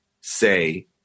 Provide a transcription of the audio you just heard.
say